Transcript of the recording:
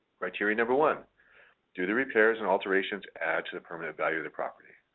criteria number one do the repairs and alterations add to the permanent value of the property?